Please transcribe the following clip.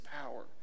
power